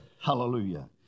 hallelujah